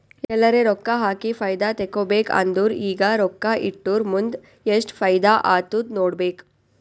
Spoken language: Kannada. ಎಲ್ಲರೆ ರೊಕ್ಕಾ ಹಾಕಿ ಫೈದಾ ತೆಕ್ಕೋಬೇಕ್ ಅಂದುರ್ ಈಗ ರೊಕ್ಕಾ ಇಟ್ಟುರ್ ಮುಂದ್ ಎಸ್ಟ್ ಫೈದಾ ಆತ್ತುದ್ ನೋಡ್ಬೇಕ್